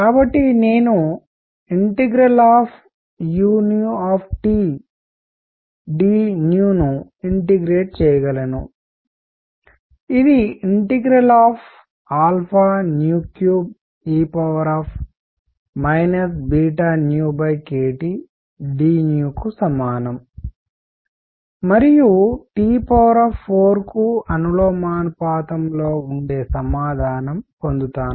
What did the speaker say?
కాబట్టి నేను u d ను ఇంటిగ్రేట్ చేయగలను ఇది 3e kT d కు సమానం మరియుT4కు అనులోమానుపాతంలో ఉండే సమాధానం పొందుతాను